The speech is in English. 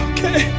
Okay